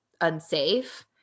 unsafe